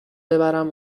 ببرم